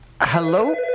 Hello